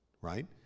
right